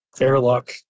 airlock